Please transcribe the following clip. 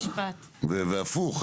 והפוך,